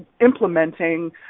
implementing